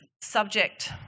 subject